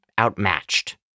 outmatched